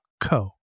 co